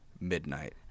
midnight